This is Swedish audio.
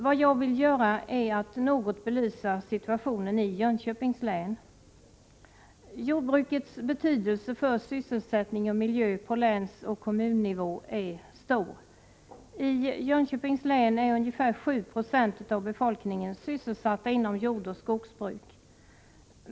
Vad jag vill göra är att något belysa situationen i Jönköpings län. Jordbrukets betydelse för sysselsättning och miljö på länsoch kommunnivå är stor. I Jönköpings län är ungefär 7 90 av befolkningen sysselsatt inom jordoch skogsbruk.